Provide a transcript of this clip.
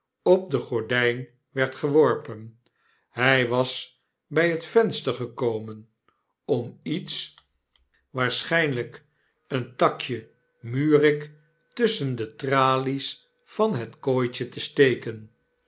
op de gordgn werd geworpen hij was bjj het venster gekomen om iets waarschijnlyk een takje murik tusschen de tralies van het kooitje te steken